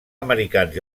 americans